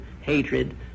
hatred